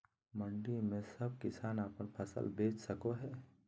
मंडी में सब किसान अपन फसल बेच सको है?